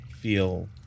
feel